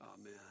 Amen